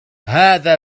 هذا